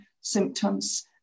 symptoms